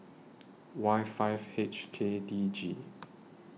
Y five H K D G